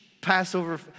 Passover